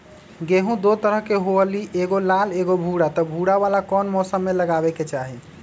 गेंहू दो तरह के होअ ली एगो लाल एगो भूरा त भूरा वाला कौन मौसम मे लगाबे के चाहि?